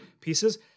pieces